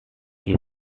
his